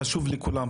זה חשוב לכולם כאן.